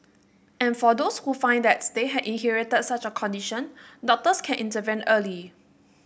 and for those who find that they have inherited such a condition doctors can intervene early